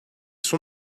son